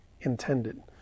intended